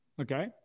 Okay